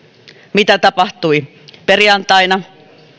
mitä tapahtui perjantaina